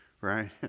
right